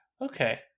okay